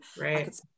right